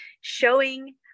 showing